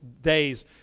days